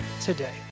today